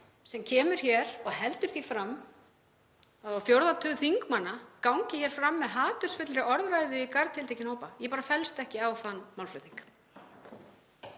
sem kemur hér og heldur því fram að á fjórða tug þingmanna gangi hér fram með hatursfullri orðræðu í garð tiltekinna hópa. Ég bara fellst ekki á þann málflutning.